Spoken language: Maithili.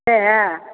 सएह